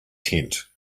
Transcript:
tent